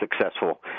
successful